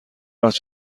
وقت